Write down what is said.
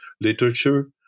literature